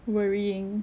worrying